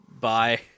Bye